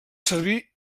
servir